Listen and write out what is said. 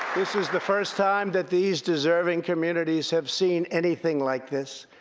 this is the first time that these deserving communities have seen anything like this.